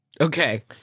Okay